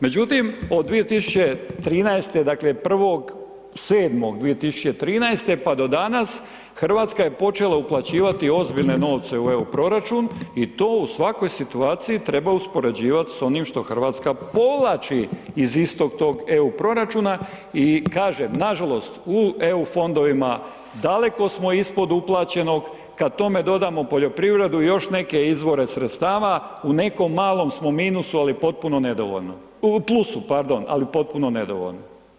Međutim, od 2013., dakle, 1.7.2013., pa do danas, RH je počela uplaćivati ozbiljne novce u EU proračun i to u svakoj situaciji treba uspoređivat s onim što RH povlači iz istog tog EU proračuna i kažem, nažalost, u EU fondovima daleko smo ispod uplaćenog, kad tome dodamo poljoprivredu i još neke izvore sredstava, u nekom malom smo minusu, ali potpuno nedovoljno, u plusu, pardon, ali potpuno nedovoljno.